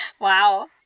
wow